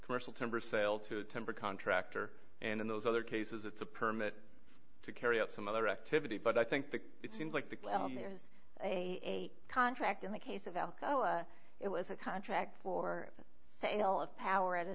commercial timber sale to temper contractor and in those other cases it's a permit to carry out some other activity but i think that it seems like the there's a contract in the case of alcoa it was a contract for the sale of power at a